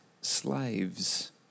slaves